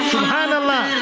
Subhanallah